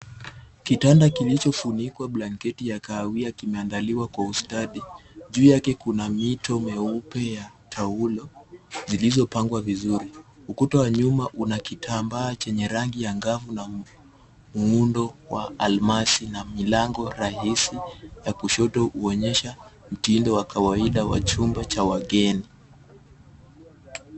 Kitanda kilichofunikwa blanketi ya kahawia kimeandaliwa kwa ustadi. Juu yake kuna mito myeupe ya taulo zilizopangwa vizuri. Ukuta wa nyuma una kitambaa chenye rangi angavu na muundo wa almasi na milango rahisi ya kushoto huonyesha mtindo wa kawaida wa chumba cha wageni.